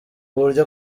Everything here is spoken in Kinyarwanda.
buryo